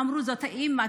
אמרו שזאת האימא,